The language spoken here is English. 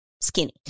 skinny